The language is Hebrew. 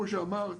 כמו שאמרת,